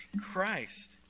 Christ